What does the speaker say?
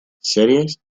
series